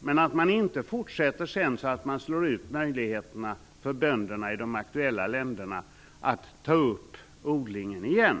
Man skall inte fortsätta att ge stöd så att möjligheterna slås ut för bönderna i de aktuella länderna att ta upp odlingen igen.